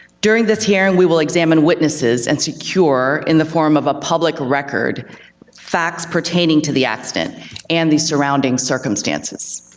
during this hearing we will examine witnesses and secure in the form of a public record facts pertaining to the accident and the surrounding circumstances.